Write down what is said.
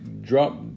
drop